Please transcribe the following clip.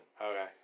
Okay